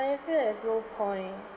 I feel there's no point